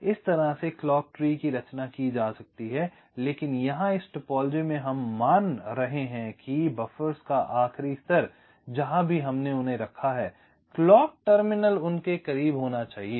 इस तरह से क्लॉक ट्री की रचना की जा सकती है लेकिन यहां इस टोपोलॉजी में हम मान रहे हैं कि बफ़र्स का आखिरी स्तर जहाँ भी हमने उन्हें रखा है क्लॉक टर्मिनल उन के करीब होना चाहिए